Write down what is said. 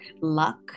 luck